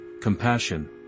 compassion